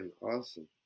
awesome